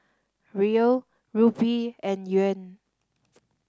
Riel Rupee and Yuan